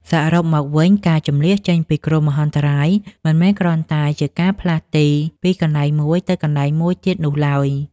សរុបមកវិញ ការជម្លៀសចេញពីគ្រោះមហន្តរាយមិនមែនគ្រាន់តែជាការផ្លាស់ទីពីកន្លែងមួយទៅកន្លែងមួយទៀតនោះឡើយ។